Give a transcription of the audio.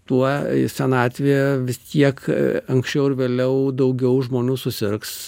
tuo senatvėje vis tiek anksčiau ar vėliau daugiau žmonių susirgs